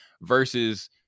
versus